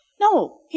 no